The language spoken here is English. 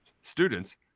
Students